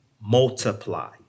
multiply